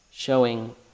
showing